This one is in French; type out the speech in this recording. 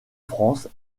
france